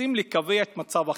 רוצים לקבע את מצב החירום.